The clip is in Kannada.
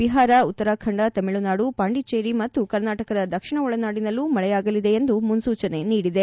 ಬಿಹಾರ ಉತ್ತರಾಖಂಡ ತಮಿಳುನಾಡು ಪಾಂಡಿಚೇರಿ ಮತ್ತು ಕರ್ನಾಟಕದ ದಕ್ಷಿಣ ಒಳನಾಡಿನಲ್ಲೂ ಮಳೆಯಾಗಲಿದೆ ಎಂದು ಮುನ್ಸೂಚನೆ ನೀಡಿದೆ